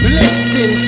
listen